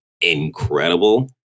incredible